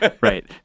right